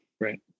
Right